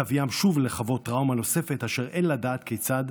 תביאם שוב לחוות טראומה נוספת, אשר אין לדעת כיצד